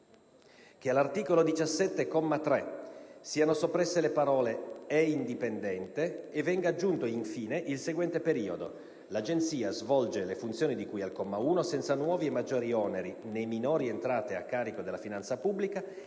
che all'articolo 17, comma 3, siano soppresse le parole: "è indipendente" e venga aggiunto in fine il seguente periodo: "L'Agenzia svolge le funzioni di cui al comma 1, senza nuovi e maggiori oneri, né minori entrate a carico della finanza pubblica